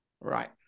Right